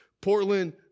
Portland